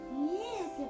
Yes